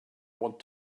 want